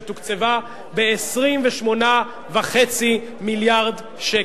שתוקצבה ב-28.5 מיליארד שקל.